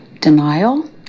denial